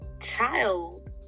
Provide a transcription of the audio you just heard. child